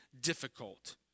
difficult